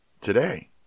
today